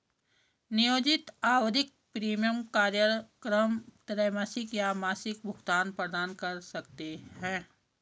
नियोजित आवधिक प्रीमियम कार्यक्रम त्रैमासिक या मासिक भुगतान प्रदान कर सकते हैं